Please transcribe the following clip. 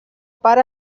part